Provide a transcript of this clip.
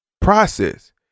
process